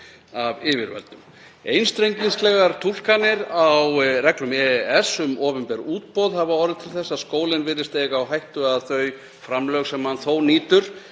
Einstrengingslegar túlkanir á reglum EES, um opinber útboð, hafa orðið til þess að skólinn virðist eiga á hættu að þau framlög sem hann þó nýtur